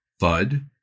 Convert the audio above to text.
FUD